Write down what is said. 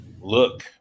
look